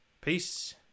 Peace